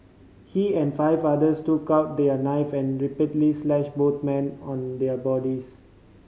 he and five others took out their knife and repeatedly slashed both men on their bodies